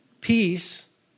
Peace